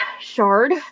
Shard